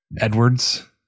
Edwards